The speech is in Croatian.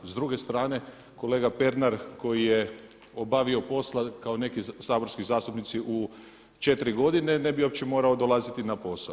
S druge strane, kolega Pernar koji je obavio posla kao neki saborski zastupnici u 4 godine ne bi uopće morao dolaziti na posao.